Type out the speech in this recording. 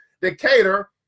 Decatur